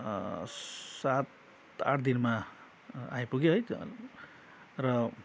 सात आठ दिनमा आइपुग्यो है र